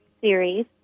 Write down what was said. series